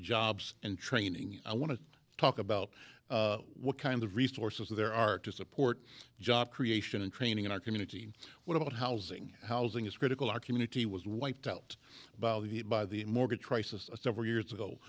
jobs and training i want to talk about what kind of resources there are to support job creation and training in our community what about housing housing is critical our community was wiped out by the mortgage crisis several years ago